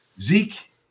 Zeke